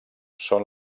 són